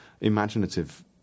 imaginative